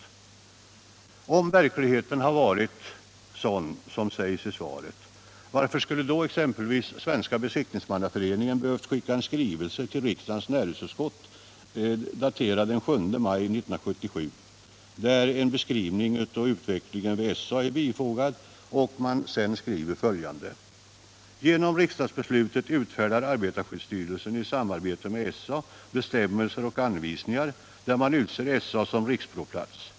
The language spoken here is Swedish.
Om provningen av Om verkligheten hade varit sådan som sägs i svaret, varför skulle stationära lyftandå exempelvis Svenska besiktningsmannaföreningen ha behövt sända en ordningar skrivelse, daterad den 7 maj 1977, till riksdagens näringsutskott med en beskrivning av utvecklingen vid SA, och vari man skriver följande: Genom riksdagsbeslutet utfärdar arbetarskyddsstyrelsen i samarbete med SA bestämmelser och anvisningar, där man utser SA som riksprovplats.